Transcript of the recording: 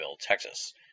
Texas